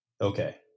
Okay